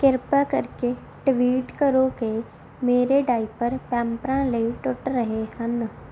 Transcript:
ਕਿਰਪਾ ਕਰਕੇ ਟਵੀਟ ਕਰੋ ਕਿ ਮੇਰੇ ਡਾਇਪਰ ਪੈਂਪਰਾਂ ਲਈ ਟੁੱਟ ਰਹੇ ਹਨ